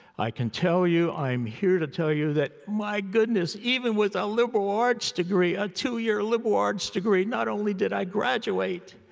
i can tell you, i'm here to tell you that my goodness, even with a liberal arts degree, a two year liberal arts degree, not only did i graduate,